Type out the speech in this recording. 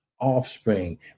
offspring